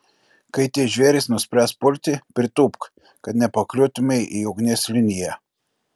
kai tie žvėrys nuspręs pulti pritūpk kad nepakliūtumei į ugnies liniją